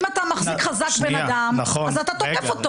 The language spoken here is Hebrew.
אם אתה מחזיק חזק בן אדם, אז אתה תוקף אותו.